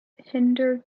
hinder